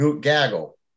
gaggle